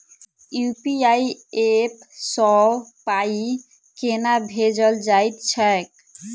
UPI app सँ पाई केना भेजल जाइत छैक?